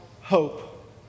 hope